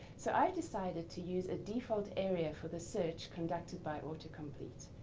so i've decided to use a default area for the search conducted by autocomplete.